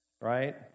right